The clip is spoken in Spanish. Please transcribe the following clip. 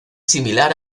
similar